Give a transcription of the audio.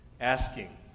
asking